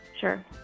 Sure